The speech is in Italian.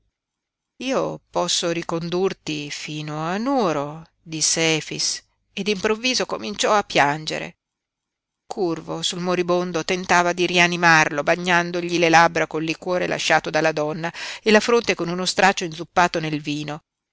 io posso ricondurti fino a nuoro disse efix e d'improvviso cominciò a piangere curvo sul moribondo tentava di rianimarlo bagnandogli le labbra col liquore lasciato dalla donna e la fronte con uno straccio inzuppato nel vino